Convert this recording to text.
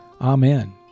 amen